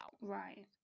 Right